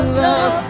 love